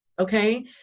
Okay